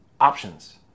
options